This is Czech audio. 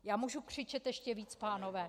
Já můžu křičet ještě víc, pánové.